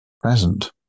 present